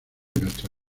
nuestra